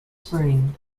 spring